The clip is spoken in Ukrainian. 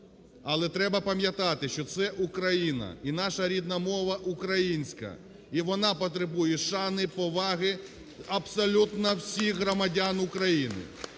Але треба пам'ятати, що це Україна і наша рідна мова - українська, і вона потребує шани і поваги абсолютно всіх громадян України.